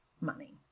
money